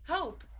Hope